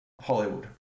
Hollywood